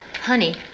Honey